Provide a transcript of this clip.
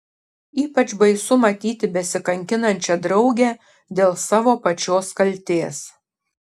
ypač baisu matyti besikankinančią draugę dėl savo pačios kaltės